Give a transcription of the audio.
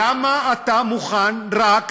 למה אתה מוכן שתהיה שקיפות רק